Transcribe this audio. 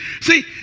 see